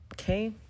Okay